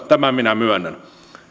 tämän minä myönnän